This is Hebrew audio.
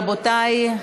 רבותי,